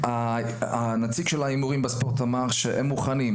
נציג ההימורים בספורט אמר שהם מוכנים.